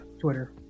Twitter